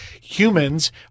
humans